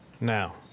Now